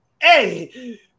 Hey